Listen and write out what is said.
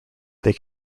they